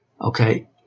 Okay